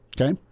Okay